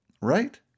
right